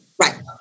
Right